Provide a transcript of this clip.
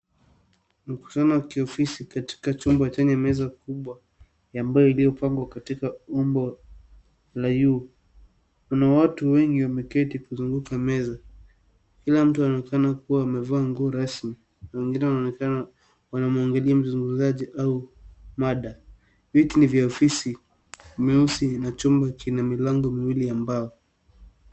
Mkutano wa kiofisi katika chumba chenye meza kubwa ya mbao iliyopangwa katika umbo la U. Kuna watu wengi wameketi kuzunguka meza. Kila mtu anaonekana kuwa amevaa nguo rasmi na wengine wanaonekana wanamwangalia mzungumzaji au mada. Viti ni vya ofisi meusi na chumba kina milango miwili ya mbao.